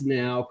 now